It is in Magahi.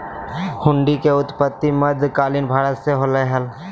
हुंडी के उत्पत्ति मध्य कालीन भारत मे होलय हल